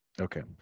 Okay